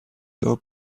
your